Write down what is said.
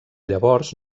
llavors